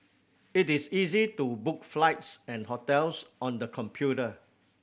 it is easy to book flights and hotels on the computer